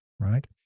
Right